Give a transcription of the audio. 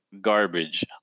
garbage